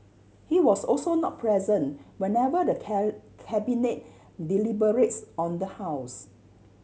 he was also not present whenever the Cabinet deliberates on the house